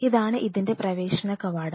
ഇതാണ് ഇതിൻറെ പ്രവേശനകവാടം